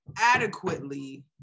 adequately